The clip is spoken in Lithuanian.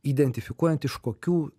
identifikuojant iš kokių